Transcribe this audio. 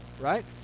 right